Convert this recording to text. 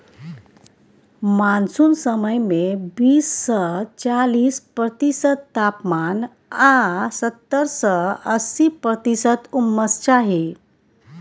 monsoon समय मे बीस सँ चालीस प्रतिशत तापमान आ सत्तर सँ अस्सी प्रतिशत उम्मस चाही